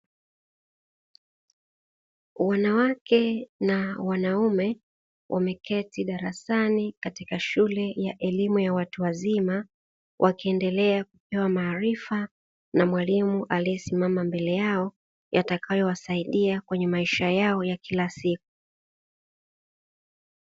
Wanawake na wanaume wameketi darasani katika shule ya elimu ya watu wazima, wakiendelea kupewa maarifa na mwalimu aliyesimama mbele yao, yatakayowasaidia kwenye maisha yao ya kila siku.